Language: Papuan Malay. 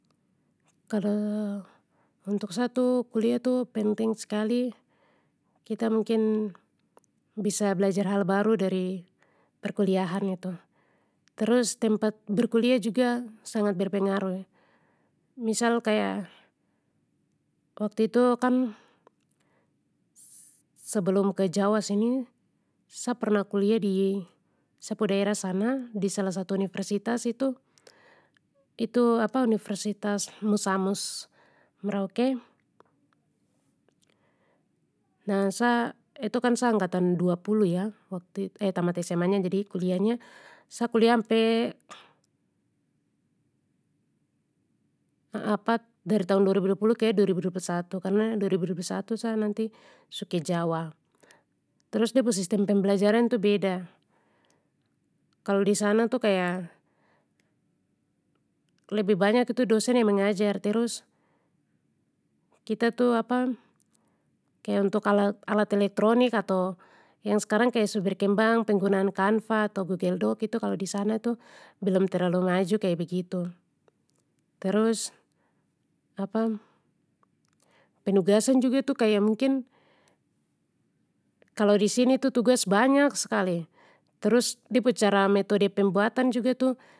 Kalo, untuk sa tu kuliah tu penting skali, kita mungkin bisa belajar hal baru dari perkuliahan itu terus tempat berkuliah juga sangat berpengaruh, misal kaya, waktu itu sebelum ke jawa sini sa pernah kuliah di, sa pu daerah sana, di salah satu universitas itu, itu universitas musamus merauke. Nah sa itu kan sa angkatan dua puluh ya waktu itu tamat SMA nya jadi kuliahnya sa kuliah ampe. dari tahun dua ribu dua puluh ke dua ribu dua pulih satu karna dua ribu dua puluh satu sa nanti su ke jawa, terus de pu sistem pembelajaran tu beda, kalo disana tu kaya, lebih banyak itu dosen yang mengajar terus, kita tu kaya untuk alat-alat elektronik ato yang skarang kaya su berkembang penggunaan canva atau google doc itu kalo disana tu belum terlalu maju kaya begitu, terus penugasan juga tu kaya mungkin, kalo disini tu tugas banyak skali terus de pu cara metode pembuatan juga tu.